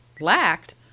Lacked